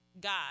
god